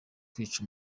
kwica